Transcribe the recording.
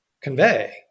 convey